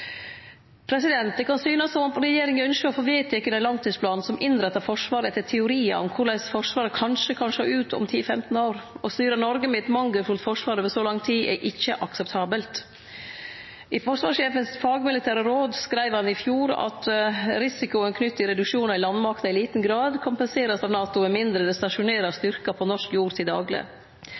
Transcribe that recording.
kan synast som om regjeringa ynskjer å få vedteke ein langtidsplan som innrettar Forsvaret etter teoriar om korleis Forsvaret kanskje kan sjå ut om 10–15 år. Å styre Noreg med eit mangelfullt forsvar over så lang tid er ikkje akseptabelt. I forsvarssjefens fagmilitære råd skreiv han i fjor at risikoen knytt til reduksjonar i landmakta «i liten grad kompenseres av NATO, med mindre det stasjoneres styrker på norsk jord